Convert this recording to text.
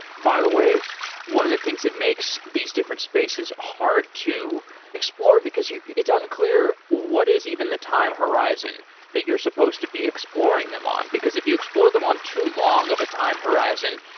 by the way one of the things that makes these different spaces hard to explore, because it's unclear what is even the time horizon that you're supposed to be exploring them on, because if you explore them on too long of a time horizon,